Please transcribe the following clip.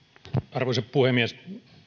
arvoisa puhemies